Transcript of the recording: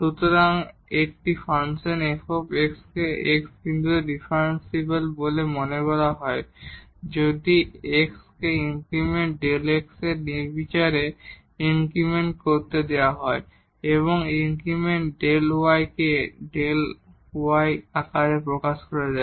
সুতরাং একটি function f কে x বিন্দুতে ডিফারেনশিবল বলে মনে করা হয় যদি x কে ইনক্রিমেন্ট Δ x এর নির্বিচারে ইনক্রিমেন্ট দেওয়া হয় এবং ইনক্রিমেন্ট Δ y কে Δ y আকারে প্রকাশ করা যায়